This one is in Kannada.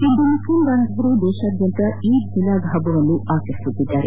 ಇಂದು ಮುಸ್ಲಿಂ ಬಾಂಧವರು ದೇಶಾದ್ಯಂತ ಈದ್ ಮಿಲಾದ್ ಹಬ್ಬವನ್ನು ಆಚರಿಸುತ್ತಿದ್ದಾರೆ